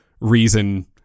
reason